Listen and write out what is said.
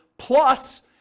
plus